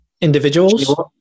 individuals